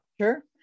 Sure